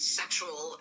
sexual